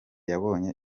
yabonye